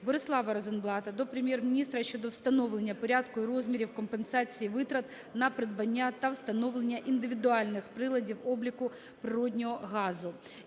Борислава Розенблата до Прем'єр-міністра щодо встановлення порядку і розмірів компенсації витрат на придбання та встановлення індивідуальних приладів обліку природного газу.